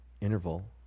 interval